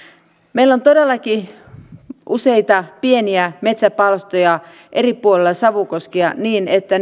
meillä on todellakin useita pieniä metsäpalstoja eri puolilla savukoskea niin että